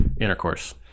Intercourse